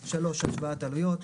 (3) השוואת עלויות,